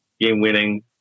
game-winning